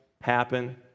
happen